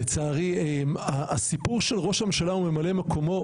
לצערי הסיפור של ראש הממשלה וממלא מקומו,